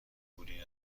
پولی